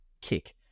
kick